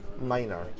minor